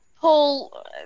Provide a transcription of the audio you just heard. Paul